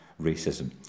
racism